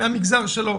מהמגזר שלו.